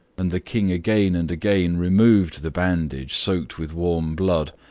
and the king again and again removed the bandage soaked with warm blood,